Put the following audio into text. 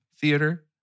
theater